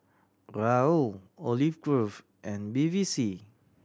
Raoul Olive Grove and Bevy C